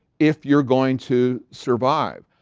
if you're going to survive.